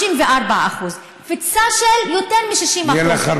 34% קפיצה של יותר מ-60% יהיה לך עוד